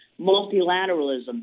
multilateralism